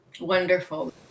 Wonderful